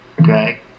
Okay